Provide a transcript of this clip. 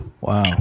Wow